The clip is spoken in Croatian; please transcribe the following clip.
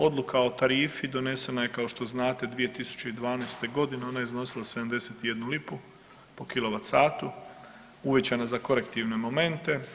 Odluka o tarifi, donesena je, kao što znate, 2012. g., ona je iznosila 71 lipu po kilovat satu, uvećana za korektivne momente.